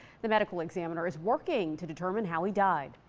the medical examiner is working to determine how he died.